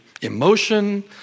emotion